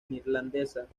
neerlandesa